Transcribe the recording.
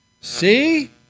See